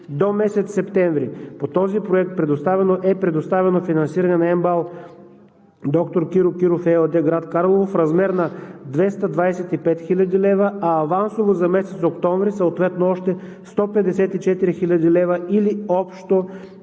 до месец септември по този проект е предоставено финансиране на МБАЛ „Доктор Киро Попов“ ЕООД – град Карлово, в размер на 225 хил. лв., а авансово за месец октомври съответно още 154 хил. лв., или общо